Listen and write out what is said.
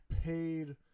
paid